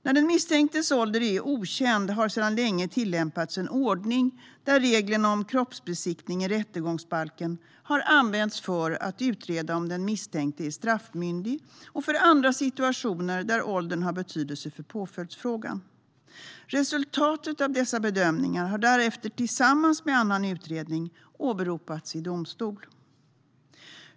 När den misstänktes ålder är okänd har sedan länge tillämpats en ordning där reglerna om kroppsbesiktning i rättegångsbalken har använts för att utreda om den misstänkte är straffmyndig och för andra situationer där åldern har betydelse för påföljdsfrågan. Resultatet av dessa bedömningar har därefter tillsammans med annan utredning åberopats i domstol.